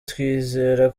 twizera